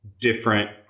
different